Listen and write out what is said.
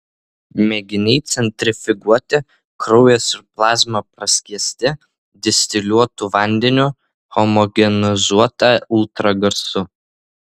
mėginiai centrifuguoti kraujas ir plazma praskiesti distiliuotu vandeniu homogenizuota ultragarsu